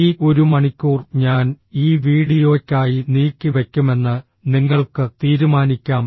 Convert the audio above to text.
ഈ ഒരു മണിക്കൂർ ഞാൻ ഈ വീഡിയോയ്ക്കായി നീക്കിവയ്ക്കുമെന്ന് നിങ്ങൾക്ക് തീരുമാനിക്കാം